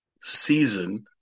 season